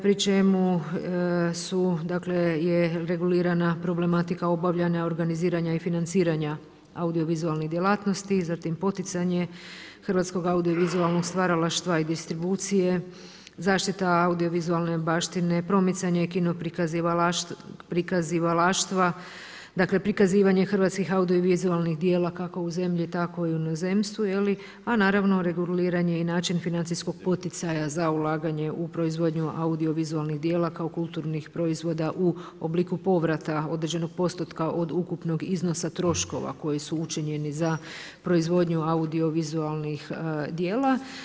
Pri čemu je regulirana problematika obavljanja, organiziranja i financiranja audiovizualnih djelatnosti, zatim poticanje hrvatskog audiovizualnog stvaralaštva i distribucije, zaštita audiovizualne baštine, promicanje kino prikazivalaštva, dakle prikazivanje hrvatskih audiovizualnih djela, kako u zemlji, tako i u inozemstvu je li, a naravno reguliran je i način financijskog poticanja za ulaganje u proizvodnju audiovizualnih djela kao kulturnih proizvoda u obliku povrata određenog postotka od ukupnog iznosa troškova koji su učinjeni za proizvodnju audiovizualnih djela.